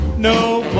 No